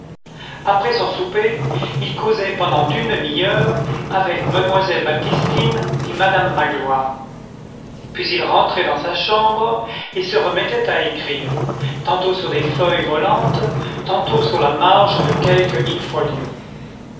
après son souper il causait pendant une demi-heure avec mademoiselle baptistine et madame magloire puis il rentrait dans sa chambre et se remettait à écrire tantôt sur des feuilles volantes tantôt sur la marge de quelque